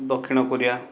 ଦକ୍ଷିଣକୋରିଆ